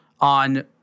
on